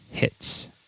hits